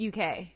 UK